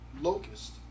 locust